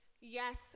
yes